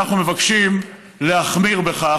אנחנו מבקשים להחמיר בכך,